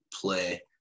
play